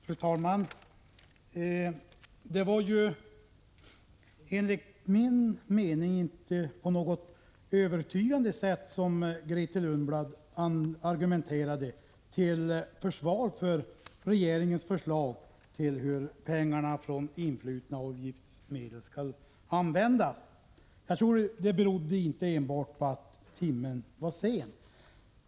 Fru talman! Det var enligt min mening inte på något övertygande sätt som Grethe Lundblad argumenterade till försvar för regeringens förslag om hur de influtna avgiftsmedlen skall användas. Jag tror inte att det enbart berodde på att timmen var sen.